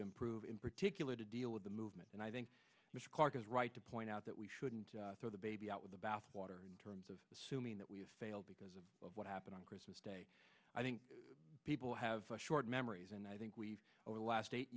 to improve in particular to deal with the movement and i think mr clarke is right to point out that we shouldn't throw the baby out with the bathwater terms of assuming that we have failed because of what happened on christmas day i think people have short memories and i think we've over the last eight